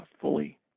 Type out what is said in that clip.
fully